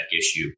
issue